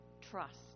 trust